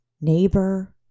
neighbor